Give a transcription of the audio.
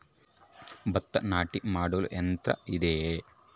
ಭತ್ತ ನಾಟಿ ಮಾಡಲು ಯಂತ್ರ ಇದೆಯೇ?